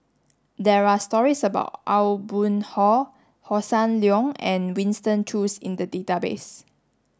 there are stories about Aw Boon Haw Hossan Leong and Winston Choos in the database